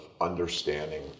understanding